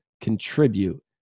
contribute